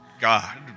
God